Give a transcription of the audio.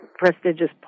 prestigious